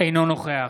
אינו נוכח